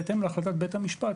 בהתאם להחלטת בית המשפט,